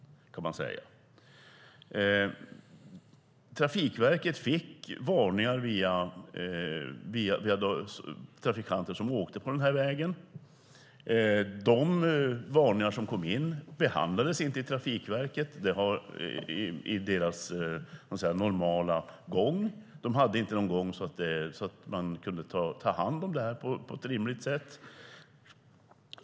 Trafikverket fick varningar via trafikanter som åkte på vägen. De varningar som kom in behandlades inte i Trafikverkets normala gång. De hade inte ens någon gång som gjorde det möjligt att ta hand om detta på ett rimligt sätt.